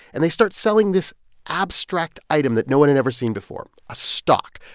and they start selling this abstract item that no one had ever seen before a stock,